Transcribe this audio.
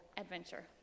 adventure